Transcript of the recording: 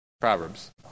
Proverbs